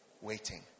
waiting